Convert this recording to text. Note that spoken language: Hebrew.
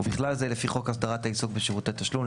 ובכלל זה לפי חוק הסדרת העיסוק בשירותי תשלום,